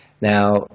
Now